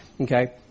okay